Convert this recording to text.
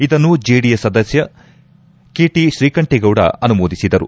ಇದನ್ನು ಜೆಡಿಎಸ್ ಸದಸ್ಯ ಕೆಟ್ರಿತ್ರೀಕಂಠೇಗೌಡ ಅನುಮೋದಿಸಿದರು